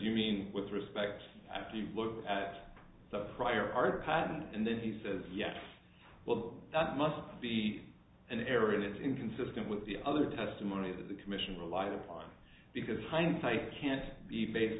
you mean with respect to you look at the prior art pad and then he says yes well that must be an error and it's inconsistent with the other testimony that the commission relied upon because hindsight can't be based